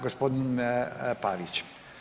Gospodin Pavić.